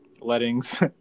lettings